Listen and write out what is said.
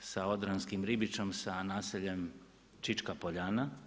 sa odranskim Ribičom sa naseljem Čička Poljana.